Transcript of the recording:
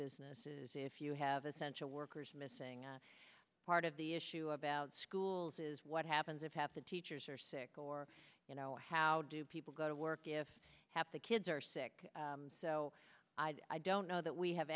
businesses if you have essential workers missing part of the issue about schools is what happens if half the teachers are sick or you know how do people go to work if half the kids are sick so i don't know that we have